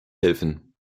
helfen